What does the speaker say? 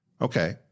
Okay